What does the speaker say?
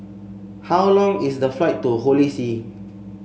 how long is the flight to Holy See